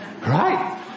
Right